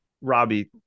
Robbie